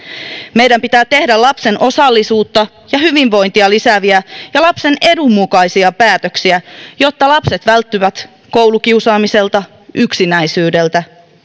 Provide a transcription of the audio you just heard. meidän pitää tehdä lapsen osallisuutta ja hyvinvointia lisääviä ja lapsen edun mukaisia päätöksiä jotta lapset välttyvät koulukiusaamiselta yksinäisyydeltä